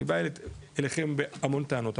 אני בא אליכם בהמון טענות,